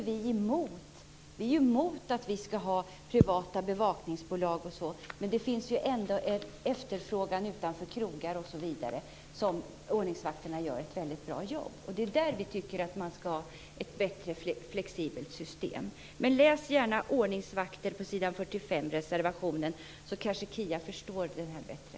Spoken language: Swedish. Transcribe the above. Vi är emot privata bevakningsbolag och sådant. Men det finns ändå en efterfrågan på ordningsvakter t.ex. utanför krogar där de gör ett väldigt bra jobb. Det är där som vi tycker att man ska ha ett bättre och mer flexibelt system. Men läs gärna reservationen om ordningsvakter på s. 45, så kanske Kia Andreasson förstår det här bättre.